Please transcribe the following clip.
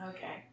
Okay